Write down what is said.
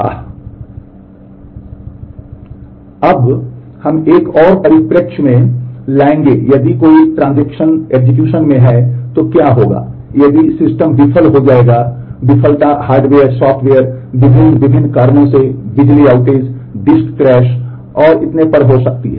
आह अब हम एक और परिप्रेक्ष्य में लाएंगे यदि कोई ट्रांज़ैक्शन में है तो क्या होगा यदि सिस्टम विफल हो जाएगा विफलता हार्डवेयर सॉफ़्टवेयर विभिन्न विभिन्न कारणों से बिजली आउटेज डिस्क क्रैश और इतने पर हो सकती है